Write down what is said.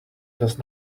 does